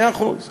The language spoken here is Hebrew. מאה אחוז.